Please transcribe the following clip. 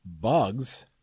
bugs